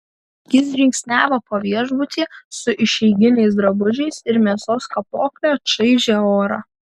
jis žingsniavo po viešbutį su išeiginiais drabužiais ir mėsos kapokle čaižė orą